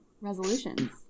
resolutions